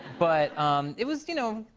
but it was, you know,